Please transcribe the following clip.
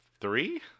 three